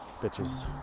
bitches